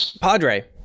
Padre